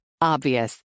obvious